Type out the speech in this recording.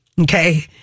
Okay